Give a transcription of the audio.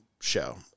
show